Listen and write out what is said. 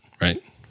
right